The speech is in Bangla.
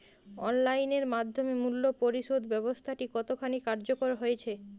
অনলাইন এর মাধ্যমে মূল্য পরিশোধ ব্যাবস্থাটি কতখানি কার্যকর হয়েচে?